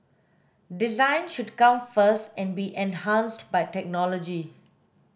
design should come first and be enhanced by technology